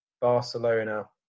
Barcelona